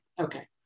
okay